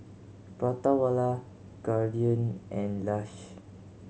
Prata Wala Guardian and Lush